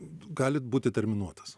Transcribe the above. gali būti terminuotas